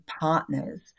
partners